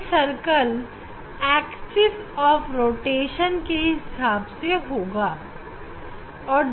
यह circle rotation की axis के हिसाब से घूम रहा है